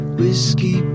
whiskey